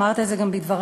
אמרת את זה גם בדבריך,